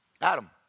Adam